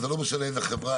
אז זה לא משנה איזו חברה.